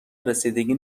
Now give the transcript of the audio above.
رسیدگی